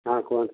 ହଁ କୁହନ୍ତୁ